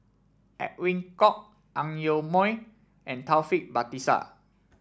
Edwin Koek Ang Yoke Mooi and Taufik Batisah